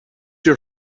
your